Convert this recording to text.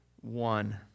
one